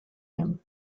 him